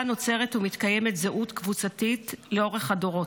נוצרת ומתקיימת זהות קבוצתית לאורך הדורות.